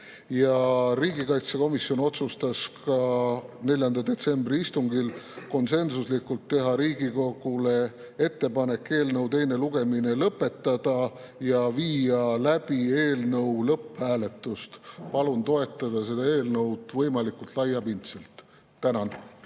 Riigikaitsekomisjon otsustas 4. detsembri istungil konsensuslikult, et tehakse Riigikogule ettepanek ka eelnõu teine lugemine lõpetada ja viia läbi eelnõu lõpphääletus. Palun toetada seda eelnõu võimalikult laiapindselt. Tänan!